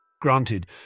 Granted